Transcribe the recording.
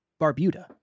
Barbuda